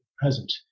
present